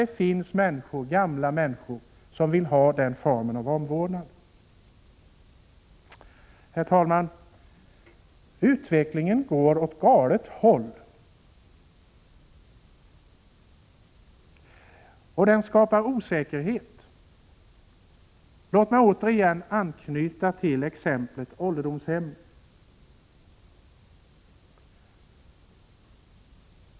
Det finns ju gamla människor som vill ha den formen av omvårdnad. Herr talman! Utvecklingen går åt galet håll och den skapar osäkerhet. Låt mig återigen anknyta till resonemanget om ålderdomshemmen.